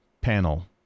panel